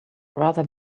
rather